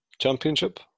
Championship